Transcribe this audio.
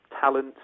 Talent